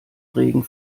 regen